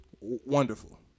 Wonderful